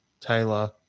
Taylor